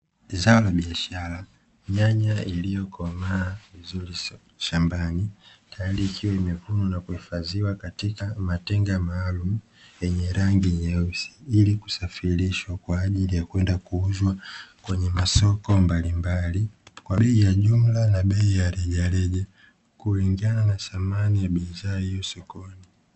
Zao la biashara (nyanya) iliyokomaa vizuri shambani tayari ikiwa imevunwa na kuhifadhiwa katika matenga maalumu yenye rangi nyeusi, ili kusafirishwa kwa ajili ya kwenda kuuzwa kwenye masoko mbalimbali, kwa bei ya jumla na bei ya rejareja kulingana na thamani ya bidhaa hiyo sokoni.